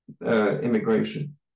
Immigration